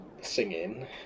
singing